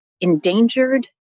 endangered